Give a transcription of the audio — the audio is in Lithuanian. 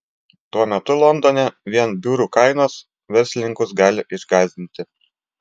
tuo metu londone vien biurų kainos verslininkus gali išgąsdinti